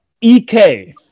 EK